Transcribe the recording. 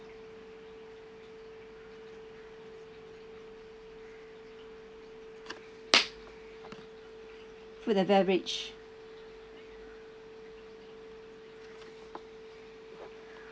food and beverage